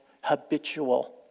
habitual